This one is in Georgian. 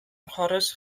მხარეს